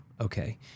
Okay